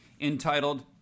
entitled